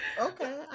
Okay